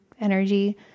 energy